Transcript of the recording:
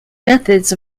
methods